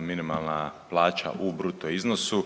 minimalna plaća u bruto iznosu